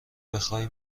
بخای